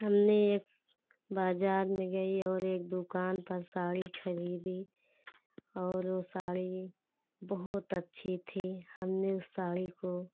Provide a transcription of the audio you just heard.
हमने एक बाज़ार में गई और एक दुकान पर साड़ी ख़रीदी और वो साड़ी बहुत अच्छी थी हमने उस साड़ी को